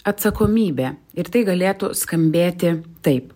atsakomybė ir tai galėtų skambėti taip